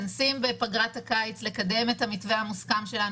אנחנו מתכנסים בפגרת הקיץ לקדם את המתווה המוסכם שלנו.